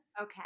okay